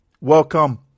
welcome